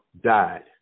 died